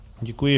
Děkuji.